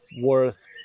worth